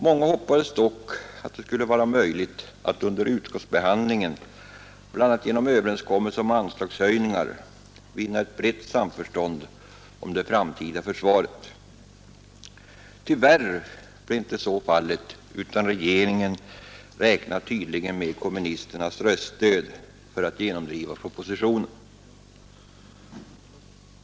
Många hoppades dock att det skulle vara möjligt att under utskottsbehandlingen, bl.a. genom överenskommelse om anslagshöjningar, vinna ett brett samförstånd om det framtida försvaret. Tyvärr blev så inte fallet, utan regeringen räknar tydligen med kommunisternas röststöd för att genomdriva propositionen.